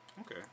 Okay